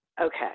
Okay